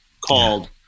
called